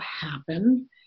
happen